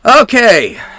Okay